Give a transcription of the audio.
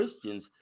Christians